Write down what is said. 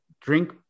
drink